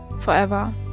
forever